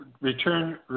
return